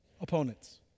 opponents